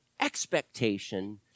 expectation